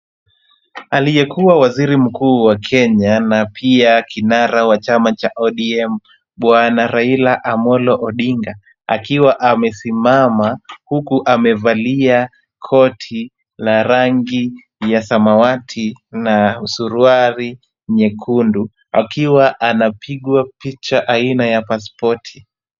Aliyekuwa waziri mkuu wa Kenya na pia kinara wa chama cha ODM, Bwana Raila Amolo Odinga, akiwa amesimama huku amevalia koti la rangi ya samawati na suruali nyekundu, akiwa anapigwa picha aina ya pasipoti.